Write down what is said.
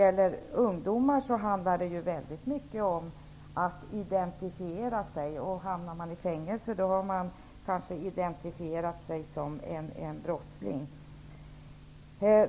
För ungdomar handlar det mycket om att identifiera sig. Hamnar man i fängelse har man kanske identifierat sig som en brottsling.